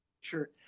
Sure